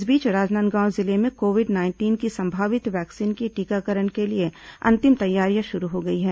इस बीच राजनांदगांव जिले में कोविड नाइंटीन की संभावित वैक्सीन के टीकाकरण के लिए अंतिम तैयारियां शुरू हो गई हैं